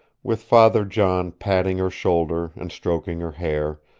with father john patting her shoulder and stroking her hair,